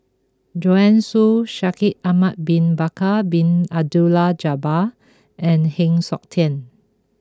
Joanne Soo Shaikh Ahmad Bin Bakar Bin Abdullah Jabbar and Heng Siok Tian